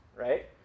right